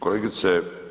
Kolegice.